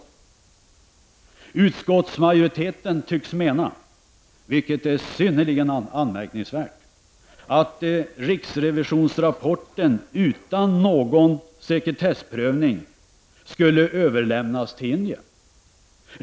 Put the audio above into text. Utskottsmajoriteten tycks mena, vilket är synnerligen anmärkningsvärt, att riksrevisionsverkets rapport utan någon sekretessprövning skulle överlämnas till Indiens regering.